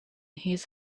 his